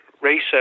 research